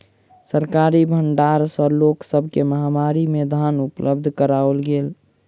सरकारी भण्डार सॅ लोक सब के महामारी में धान उपलब्ध कराओल गेल